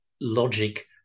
logic